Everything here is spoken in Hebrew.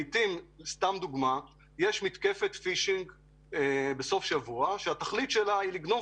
לעיתים יש מתקפת פישינג בסוף שבוע שהתכלית שלה היא לגנוב